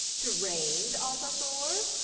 drained, asa thor!